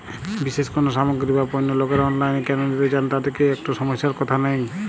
বিশেষ কোনো সামগ্রী বা পণ্য লোকেরা অনলাইনে কেন নিতে চান তাতে কি একটুও সমস্যার কথা নেই?